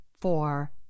four